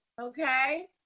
okay